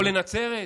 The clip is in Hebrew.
או לנצרת?